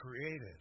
created